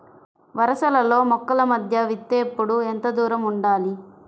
వరసలలో మొక్కల మధ్య విత్తేప్పుడు ఎంతదూరం ఉండాలి?